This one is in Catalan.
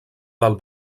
del